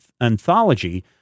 anthology